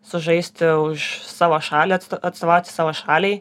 sužaisti už savo šalį atstovauti savo šaliai